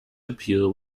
appeal